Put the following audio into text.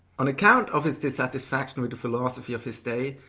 on account of his dissatisfaction with the philosophy of his day,